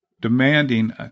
demanding